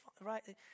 right